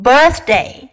Birthday